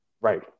right